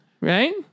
right